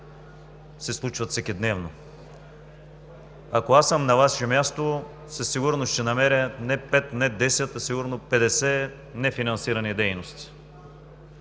се случват всекидневно. Ако аз съм на Ваше място, със сигурност ще намеря не пет, не десет, а сигурно 50 нефинансирани дейности.